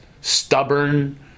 stubborn